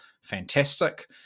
fantastic